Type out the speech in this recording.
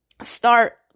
start